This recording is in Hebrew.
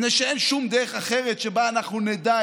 מפני שאין שום דרך אחרת שבה אנחנו נדע,